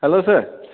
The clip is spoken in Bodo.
hello sir